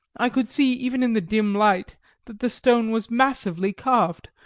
i could see even in the dim light that the stone was massively carved,